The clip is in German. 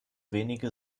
wenige